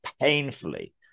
painfully